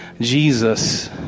Jesus